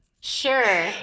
Sure